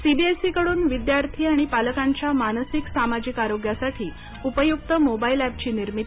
सीबीएसईकडून विद्यार्थी आणि पालकांच्या मानसिक सामाजिक आरोग्यासाठी उपयुक्त मोबाईल एपची निर्मिती